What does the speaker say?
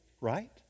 right